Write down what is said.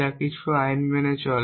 যা কিছু আইন মেনে চলে